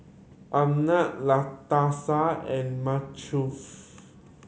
Arnett Latasha and